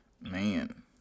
man